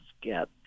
get